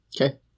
Okay